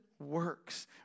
works